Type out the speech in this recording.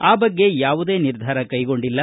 ಆ ಬಗ್ಗೆ ಯಾವುದೇ ನಿರ್ಧಾರ ಕೈಗೊಂಡಿಲ್ಲ